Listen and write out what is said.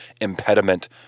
impediment